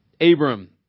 Abram